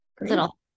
little